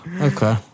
Okay